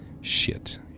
Shit